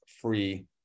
free